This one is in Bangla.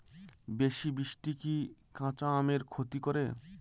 বেশি বৃষ্টি কি কাঁচা আমের ক্ষতি করে?